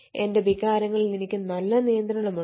എന്റെ വികാരങ്ങളിൽ എനിക്ക് നല്ല നിയന്ത്രണമുണ്ട്